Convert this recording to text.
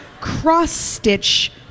cross-stitch